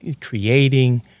creating